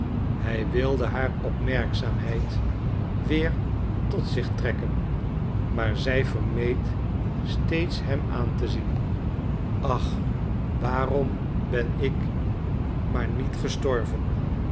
hij wilde haar opmerkzaamheid weer tot zich trekken maar zij vermeed steeds hem aan te zien ach waarom ben ik maar niet gestorven